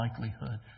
likelihood